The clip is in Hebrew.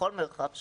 בכל מרחב שהוא.